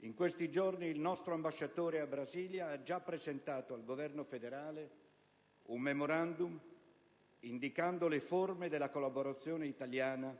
In questi giorni il nostro ambasciatore a Brasilia ha già presentato al Governo federale un *memorandum*, indicando le forme della collaborazione italiana